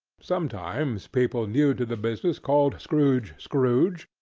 sometimes people new to the business called scrooge scrooge,